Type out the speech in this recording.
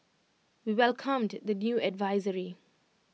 we welcomed the new advisory